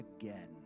again